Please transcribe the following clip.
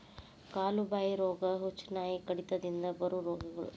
ಕಾಲು ಬಾಯಿ ರೋಗಾ, ಹುಚ್ಚುನಾಯಿ ಕಡಿತದಿಂದ ಬರು ರೋಗಗಳು